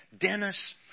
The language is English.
Dennis